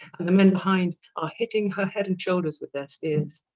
and the men behind are hitting her head and shoulders with their spears.